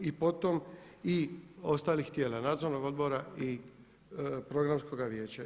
I po tom i ostalih tijela nadzornog odbora i programskoga vijeća.